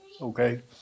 okay